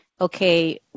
okay